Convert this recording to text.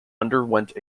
underwent